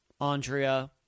Andrea